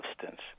substance